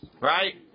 Right